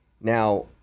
Now